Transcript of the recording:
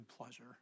pleasure